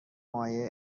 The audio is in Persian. مایع